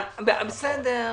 בסדר.